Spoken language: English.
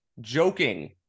joking